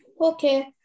okay